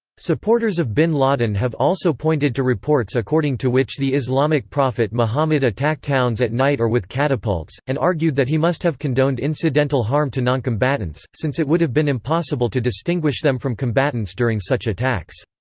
supporters of bin laden have also pointed to reports according to which the islamic prophet muhammad attacked towns at night or with catapults, and argued that he must have condoned incidental harm to noncombatants, since it would have been impossible to distinguish them from combatants during such attacks.